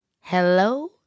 Hello